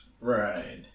Right